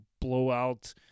blowout